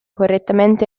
correttamente